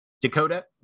Dakota